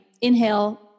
inhale